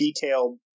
detailed